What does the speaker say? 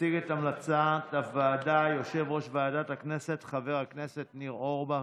יציג את המלצת הוועדה יושב-ראש ועדת הכנסת חבר הכנסת ניר אורבך.